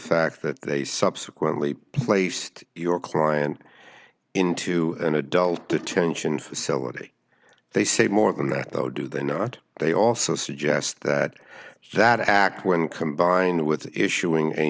fact that they subsequently placed your client into an adult detention facility they say more than that though do they not they also suggest that that act when combined with issuing a